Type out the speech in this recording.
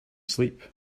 sleep